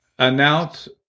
Announce